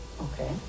Okay